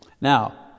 Now